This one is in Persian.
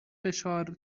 فشار